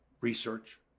research